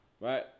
Right